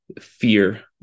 fear